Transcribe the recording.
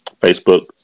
Facebook